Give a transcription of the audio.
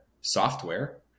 software